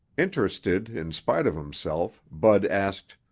interested in spite of himself, bud asked,